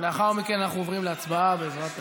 לאחר מכן אנחנו עוברים להצבעה, בעזרת השם.